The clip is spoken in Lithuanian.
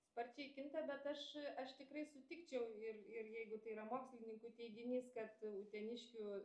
sparčiai kinta bet aš aš tikrai sutikčiau ir ir jeigu tai yra mokslininkų teiginys kad uteniškių